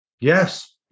Yes